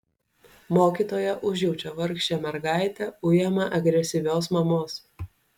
mokytoja užjaučia vargšę mergaitę ujamą agresyvios mamos